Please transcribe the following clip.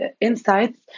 insights